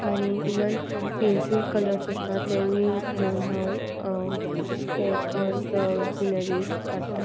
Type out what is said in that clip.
आनी even pencil colours आसता ते बी घेवन हांव स्केच ओर सिनरीज काडटां